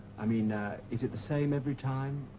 i mean, is it the same every time?